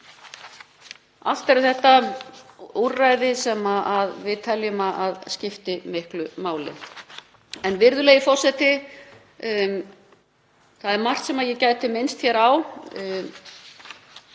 Allt eru þetta úrræði sem við teljum að skipti miklu máli. Virðulegi forseti. Það er margt sem ég gæti minnst hér á.